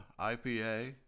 IPA